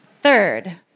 Third